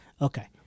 Okay